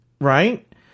right